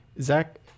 zach